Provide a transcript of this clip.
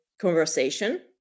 conversation